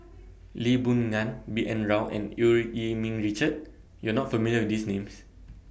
Lee Boon Ngan B N Rao and EU Yee Ming Richard YOU Are not familiar with These Names